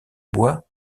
bois